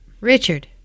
Richard